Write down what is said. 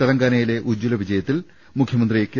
തെലങ്കാനയിലെ ഉജ്ജല വിജയത്തിൽ മുഖ്യമന്ത്രി കെ